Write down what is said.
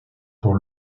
pour